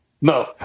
No